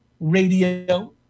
radio